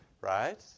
right